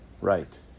right